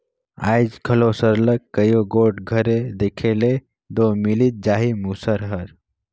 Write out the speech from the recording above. आएज घलो सरलग कइयो गोट घरे देखे ले दो मिलिच जाही मूसर हर